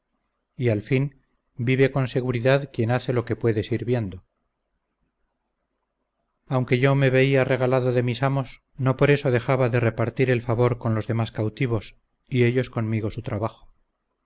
y al fin vive con seguridad quien hace lo que puede sirviendo aunque yo me vía regalado de mis amos no por eso dejaba de repartir el favor con los demás cautivos y ellos conmigo su trabajo